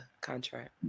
contract